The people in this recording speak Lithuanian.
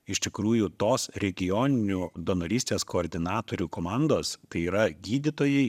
iš tikrųjų tos regioninių donorystės koordinatorių komandos tai yra gydytojai